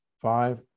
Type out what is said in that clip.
five